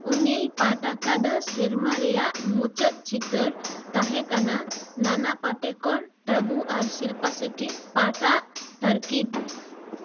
ᱩᱱᱤ ᱯᱟᱴ ᱟᱠᱟᱫᱟ ᱥᱮᱨᱢᱟ ᱨᱮᱭᱟᱜ ᱢᱩᱪᱟᱹᱫ ᱪᱤᱛᱟᱹᱨ ᱛᱟᱦᱮᱸ ᱠᱟᱱᱟ ᱱᱟᱱᱟ ᱯᱟᱴᱮᱠᱚᱨ ᱴᱟᱵᱩ ᱟᱨ ᱥᱤᱞᱯᱟ ᱥᱮᱴᱤ ᱯᱟᱴᱟᱜ ᱛᱟᱨᱠᱤᱰ